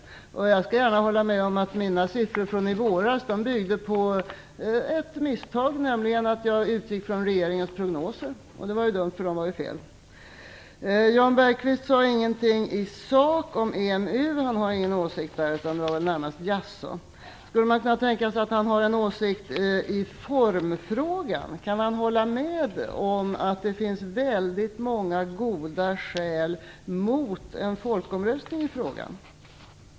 Jag skall gärna hålla med om att mina siffror från i våras byggde på ett misstag, nämligen att jag utgick från regeringens prognoser. Det var dumt, för de var ju fel. Jan Bergqvist sade ingenting i sak om EMU. Han har ingen åsikt, utan det var närmast ett "jaså". Skulle man kunna tänka sig att han har en åsikt i formfrågan? Kan han hålla med om att det finns väldigt många goda skäl mot en folkomröstning i frågan?